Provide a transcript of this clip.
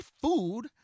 food